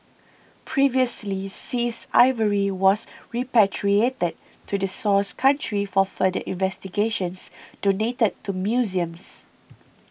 previously seized ivory was repatriated to the source country for further investigations donated to museums